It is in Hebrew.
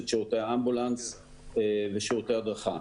את שירותי האמבולנס ושירותי הדרכה.